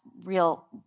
real